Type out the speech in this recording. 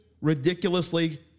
ridiculously